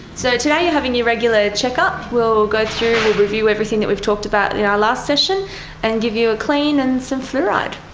so today you're having your regular check, we'll go through, we'll review everything that we've talked about in our last session and give you a clean and some fluoride.